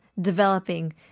developing